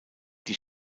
die